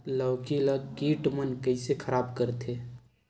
लौकी ला कीट मन कइसे खराब करथे?